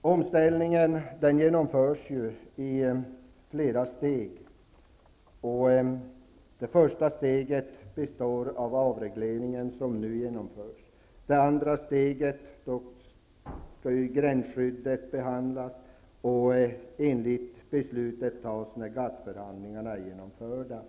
Omställningen genomförs i flera steg. Det första steget består av avregleringen som nu genomförs. I det andra steget skall gränsskyddet behandlas. Enligt beslutet skall det andra steget tas när GATT förhandlingarna är genomförda.